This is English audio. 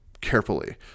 carefully